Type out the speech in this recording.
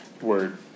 word